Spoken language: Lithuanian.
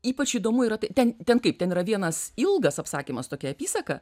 ypač įdomu yra ten ten taip ten yra vienas ilgas apsakymas tokia apysaka